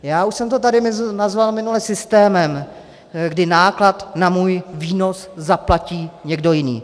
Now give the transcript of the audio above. Já už jsem to tady nazval minule systémem, kdy náklad na můj výnos zaplatí někdo jiný.